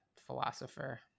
philosopher